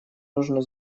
нужно